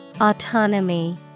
Autonomy